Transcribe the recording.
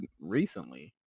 recently